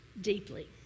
deeply